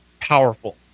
powerful